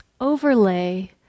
overlay